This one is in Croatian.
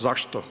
Zašto?